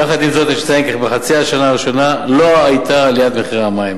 יחד עם זאת יש לציין כי בחצי השנה הראשונה לא היתה עלייה במחירי המים,